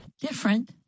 Different